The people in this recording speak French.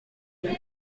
lieu